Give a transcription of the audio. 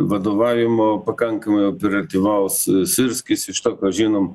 vadovavimo pakankamai operatyvaus syrskis iš to ką žinom